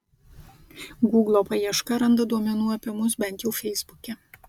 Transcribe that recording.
guglo paieška randa duomenų apie mus bent jau feisbuke